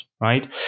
right